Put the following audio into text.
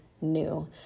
new